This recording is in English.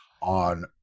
on